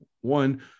one